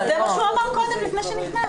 זה מה שהוא אמר קודם לפני שנכנסת.